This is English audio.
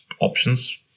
options